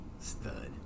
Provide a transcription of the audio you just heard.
Stud